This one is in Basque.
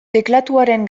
teklatuaren